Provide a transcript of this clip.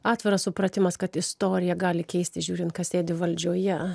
atviras supratimas kad istorija gali keisti žiūrint kas sėdi valdžioje